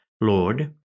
Lord